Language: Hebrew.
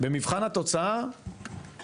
במבחן התוצאה לא עומדים.